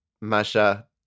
Masha